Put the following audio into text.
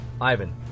Ivan